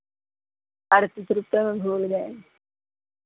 अड़तीस रुपये में भूल गए